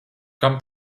kam